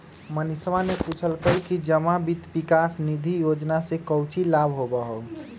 मनीषवा ने पूछल कई कि जमा वित्त विकास निधि योजना से काउची लाभ होबा हई?